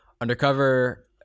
Undercover